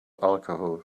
alcohol